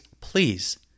please